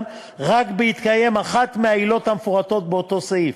רק בהתקיים אחת מהעילות המפורטות באותו סעיף: